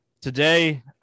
Today